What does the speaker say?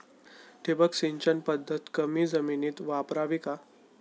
ठिबक सिंचन पद्धत कमी जमिनीत वापरावी का?